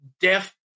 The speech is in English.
deaf